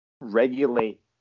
regulate